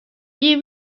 you